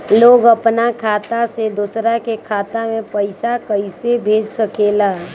लोग अपन खाता से दोसर के खाता में पैसा कइसे भेज सकेला?